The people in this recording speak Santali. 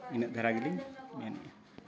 ᱤᱱᱟᱹᱜ ᱫᱷᱟᱨᱟ ᱜᱮᱞᱤᱧ ᱢᱮᱱᱮᱜᱼᱟ